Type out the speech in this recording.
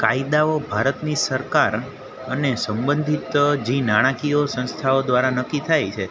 કાયદાઓ ભારતની સરકાર અને સબંધિત જે નાણાંકીય સંસ્થાઓ દ્વારા નક્કી થાય છે